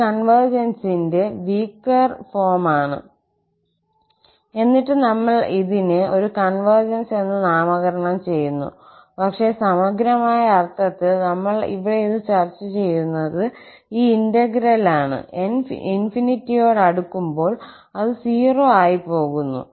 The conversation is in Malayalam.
ഇത് കോൺവെർജൻസിന്റെ വീകെർ ഫോം ആണ് എന്നിട്ടും നമ്മൾ ഇതിനെ ഒരു കൺവെർജൻസ് എന്ന് നാമകരണം ചെയ്യുന്നു പക്ഷേ സമഗ്രമായ അർത്ഥത്തിൽ നമ്മൾ ഇവിടെ ഇത് ചർച്ച ചെയ്യുന്നത് ഈ ഇന്റഗ്രൽ ആണ് 𝑛 ∞ യോട് അടുക്കുമ്പോൾ അത് 0 ആയി പോകുന്നു